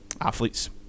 athletes